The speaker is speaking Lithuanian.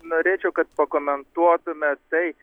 norėčiau kad pakomentuotumėt tai